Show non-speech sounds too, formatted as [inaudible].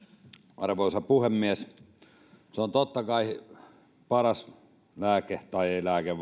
arvoisa puhemies totta kai olisi paras lääke tai ei lääke [unintelligible]